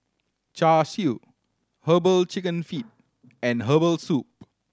Char Siu Herbal Chicken Feet and herbal soup